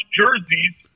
jerseys